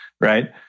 Right